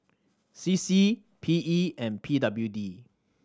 C C P E and P W D